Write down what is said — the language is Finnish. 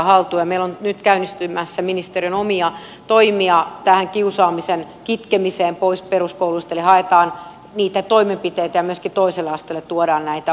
meillä on nyt käynnistymässä ministeriön omia toimia tähän kiusaamisen kitkemiseen pois peruskouluista eli haetaan niitä toimenpiteitä ja myöskin toiselle asteelle tuodaan näitä ohjauskeinoja